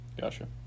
gotcha